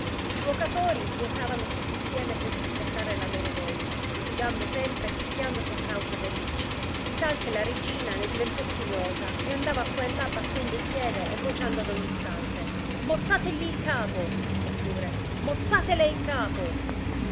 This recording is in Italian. i giuocatori giuocavano tutti insieme senza aspettare la loro volta litigando sempre e picchiandosi a causa de ricci di tal che la regina ne diventò furiosa e andava quà e là battendo il piede e vociando ad ogni istante mozzategli il capo oppure mozzatele il capo